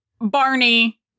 Barney